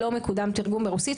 כרגע לא מקודם תרגום לרוסית,